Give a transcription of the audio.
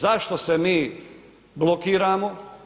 Zašto se mi blokiramo?